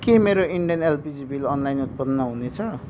के मेरो Indian LPG bill online उत्पन्न हुनेछ